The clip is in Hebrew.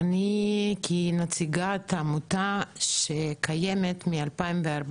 ואני נציגת עמותה שקיימת מ-2014.